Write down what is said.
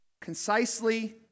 concisely